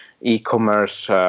e-commerce